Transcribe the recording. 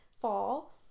fall